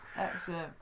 Excellent